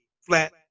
flat